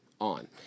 on